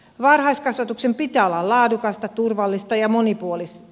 varhaiskasvatuksen pitää olla laadukasta turvallista ja monipuolista